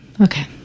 Okay